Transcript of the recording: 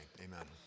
amen